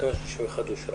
הצבעה אושר